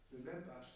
remember